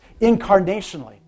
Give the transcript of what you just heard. incarnationally